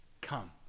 come